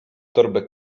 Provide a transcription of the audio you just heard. torby